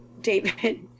David